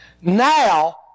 Now